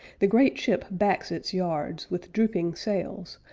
the great ship backs its yards, with drooping sails,